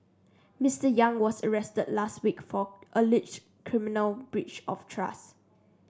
Mister Yang was arrested last week for alleged criminal breach of trust